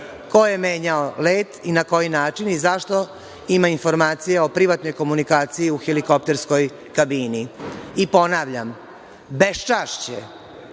ko je menjao let i na koji način i zašto ima informacija o privatnoj komunikaciji u helikopterskoj kabini? Ponavljam, bezčašće